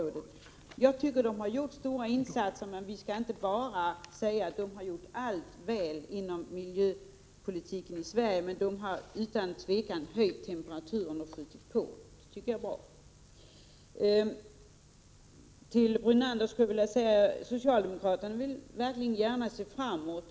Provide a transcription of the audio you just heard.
Jag tycker att miljöorganisationerna har gjort stora insatser, men vi kan inte säga att de har gjort allt väl inom miljöpolitiken i Sverige. Men utan tvivel har de höjt temperaturen och skjutit på utvecklingen framåt, vilket jag tycker är bra. Lennart Brunander, socialdemokraterna vill verkligen se framåt.